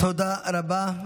תודה רבה.